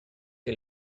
que